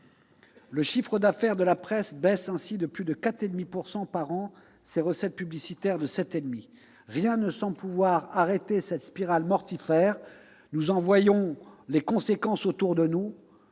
Le chiffre d'affaires de la presse baisse ainsi de plus de 4,5 % par an, ses recettes publicitaires de 7,5 %. Rien ne semble pouvoir arrêter cette spirale mortifère. Nous en voyons les conséquences autour de nous